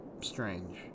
strange